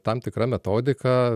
tam tikra metodika